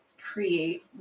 create